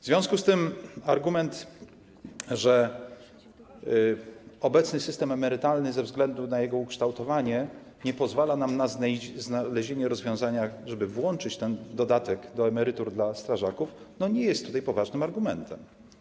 W związku z tym argument, że obecny system emerytalny ze względu na jego ukształtowanie nie pozwala nam na znalezienie rozwiązania, żeby włączyć ten dodatek do emerytur dla strażaków, nie jest poważnym argumentem.